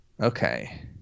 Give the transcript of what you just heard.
okay